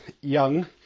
young